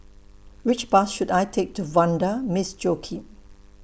Which Bus should I Take to Vanda Miss Joaquim